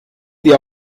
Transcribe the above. dir